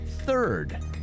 Third